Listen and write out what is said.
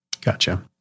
Gotcha